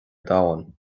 domhan